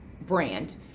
brand